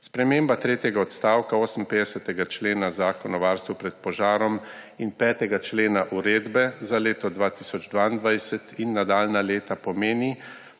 Sprememba tretjega odstavka 58. člena Zakona o varstvu pred požarom in 5. člena uredbe za leto 2022 in nadaljnja leta pomeni